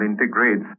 integrates